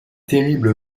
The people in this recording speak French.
terrible